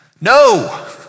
No